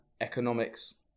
economics